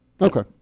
Okay